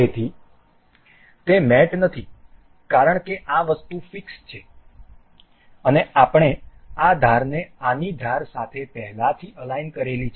તેથી તે મેટ નથી કારણ કે આ વસ્તુ ફિક્સ છે અને અમે આ ધારને આની ધાર સાથે પહેલાથી અલાઈન કરેલ છે